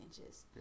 inches